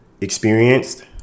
experienced